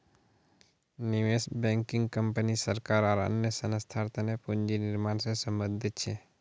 निवेश banking company सरकार आर अन्य संस्थार तने पूंजी निर्माण से संबंधित छे